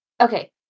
okay